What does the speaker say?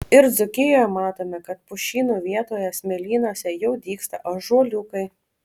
ir dzūkijoje matome kad pušynų vietoje smėlynuose jau dygsta ąžuoliukai